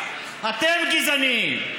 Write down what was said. אתם גזענים.